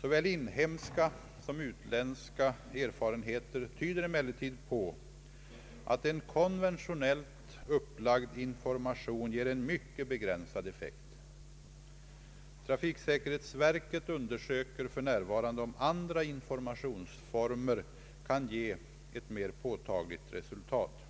Såväl inhemska som utländska erfarenheter tyder emellertid på att en konventionellt upplagd information ger en mycket begränsad effekt. Trafiksäkerhetsverket undersöker f.n. om andra informationsformer kan ge ett mer påtagligt resultat.